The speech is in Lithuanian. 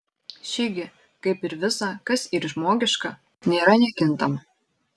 ši gi kaip ir visa kas yr žmogiška nėra nekintama